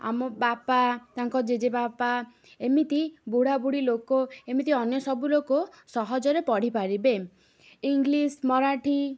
ଆମ ବାପା ତାଙ୍କ ଜେଜେବାପା ଏମିତି ବୁଢ଼ା ବୁଢ଼ୀ ଲୋକ ଏମିତି ଅନ୍ୟ ସବୁ ଲୋକ ସହଜରେ ପଢ଼ିପାରିବେ ଇଂଲିଶ୍ ମରାଠୀ